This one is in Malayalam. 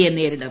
യെ നേരിടും